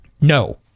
No